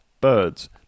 Birds